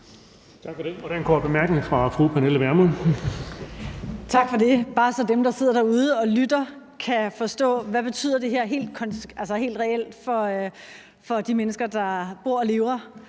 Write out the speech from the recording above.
Tak for det. Der er en kort bemærkning fra fru Pernille Vermund. Kl. 13:57 Pernille Vermund (NB): Tak for det. Det er bare, så dem, der sidder derude og lytter, kan forstå, hvad det her betyder helt reelt for de mennesker, der bor og lever